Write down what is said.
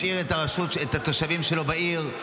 השאיר את התושבים שלו בעיר,